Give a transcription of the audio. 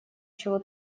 чего